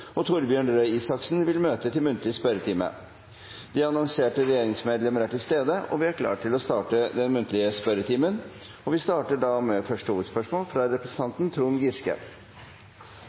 og Torbjørn Røe Isaksen vil møte til muntlig spørretime. De annonserte regjeringsmedlemmer er til stede, og vi er klar til å starte den muntlige spørretimen. Vi starter da med første hovedspørsmål, fra representanten Trond Giske.